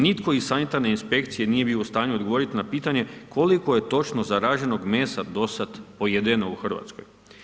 Nitko iz sanitarne inspekcije, nije bio u stanju odgovoriti na pitanje, koliko je točno zaraženog mesa do sada pojedeno u Hrvatskoj.